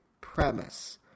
premise